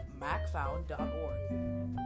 Macfound.org